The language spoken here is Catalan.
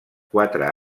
quatre